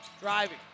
driving